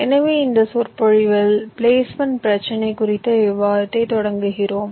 எனவே இந்த சொற்பொழிவில் பிளேஸ்மென்ட் பிரச்சினை குறித்த விவாதத்தைத் தொடங்குகிறோம்